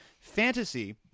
fantasy